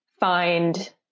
Find